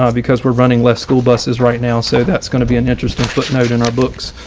um because we're running less school buses right now. so that's going to be an interesting footnote in our books.